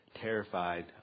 terrified